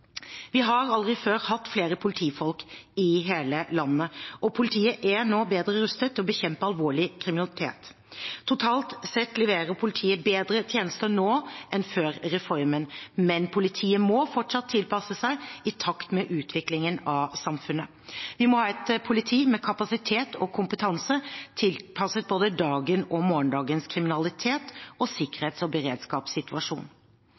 Vi har aldri før hatt flere politifolk i hele landet, og politiet er nå bedre rustet til å bekjempe alvorlig kriminalitet. Totalt sett leverer politiet bedre tjenester nå enn før reformen, men politiet må fortsatt tilpasse seg i takt med utviklingen i samfunnet. Vi må ha et politi med kapasitet og kompetanse tilpasset både dagens og morgendagens kriminalitet og